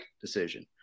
decision